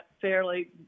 fairly